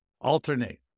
Alternate